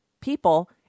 people